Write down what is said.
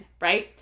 Right